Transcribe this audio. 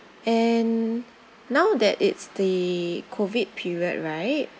and now that it's the COVID period right